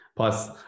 Plus